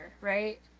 Right